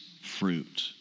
fruit